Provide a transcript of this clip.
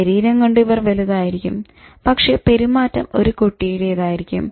ശരീരം കൊണ്ട് ഇവർ വലുതായിരിക്കും പക്ഷെ പെരുമാറ്റം ഒരു കുട്ടിയുടേതായിരിക്കും